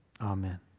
Amen